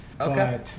Okay